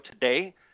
today